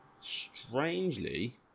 strangely